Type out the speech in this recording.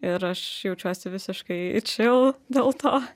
ir aš jaučiuosi visiškai čil dėl to